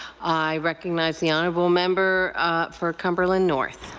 i recognize the honourable member for cumberland north.